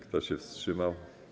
Kto się wstrzymał?